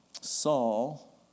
Saul